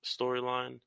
storyline